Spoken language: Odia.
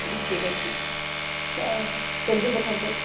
ଠିକ୍ ଅଛି ଜଲ୍ଦି ପଠାନ୍ତୁ